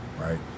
right